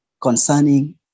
concerning